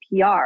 PR